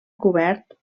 cobert